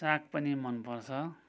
साग पनि मन पर्छ